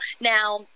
Now